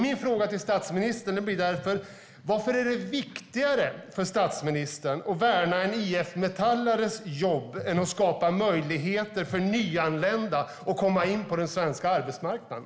Min fråga till statsministern blir därför: Varför är det viktigare för statsministern att värna en IF Metall:ares jobb än att skapa möjligheter för nyanlända att komma in på den svenska arbetsmarknaden?